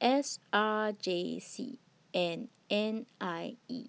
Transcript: S R J C and N I E